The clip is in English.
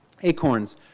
acorns